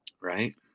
Right